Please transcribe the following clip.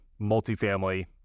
multifamily